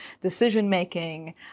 decision-making